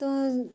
ତ